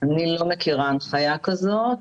אני לא מכירה הנחיה כזאת,